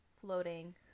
floating